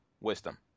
wisdom